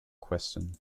question